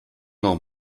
noch